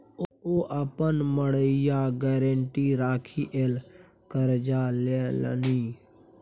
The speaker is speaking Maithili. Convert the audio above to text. ओ अपन मड़ैया गारंटी राखिकए करजा लेलनि